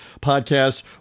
podcast